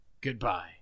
Goodbye